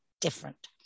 different